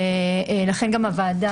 לכן גם הוועדה,